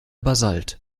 basalt